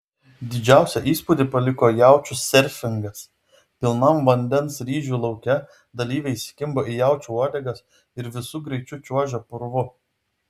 didžiausią įspūdį paliko jaučių serfingas pilnam vandens ryžių lauke dalyviai įsikimba į jaučių uodegas ir visu greičiu čiuožia purvu